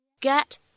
get